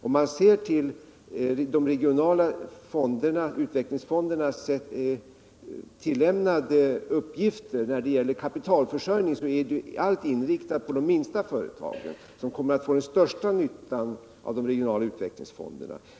Om man ser till de regionala utvecklingsfondernas tillämnade uppgifter när det gäller kapitalförsörjningen finner man att allt är inriktat på de minsta företagen, som kommer att få den största nyttan av de regionala utvecklingsfonderna.